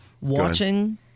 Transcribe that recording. watching